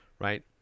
right